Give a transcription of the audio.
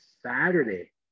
Saturday